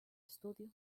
estudio